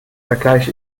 vergleich